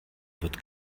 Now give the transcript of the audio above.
wird